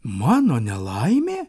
mano nelaimė